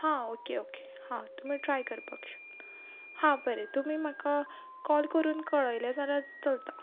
हां okay okay हां तुमी ट्राय करपाक शकता हां बरें तुमी म्हाका कॉल करून कळयलें जाल्यार चलता